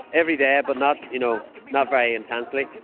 every day, but not you know not very intensely.